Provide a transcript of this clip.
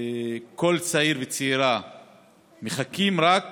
כל צעיר וצעירה מחכים רק